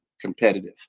competitive